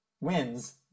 wins